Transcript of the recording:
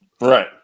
right